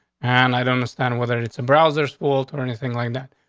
and i'd understand whether it's a browser school or anything like that,